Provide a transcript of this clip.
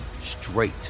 straight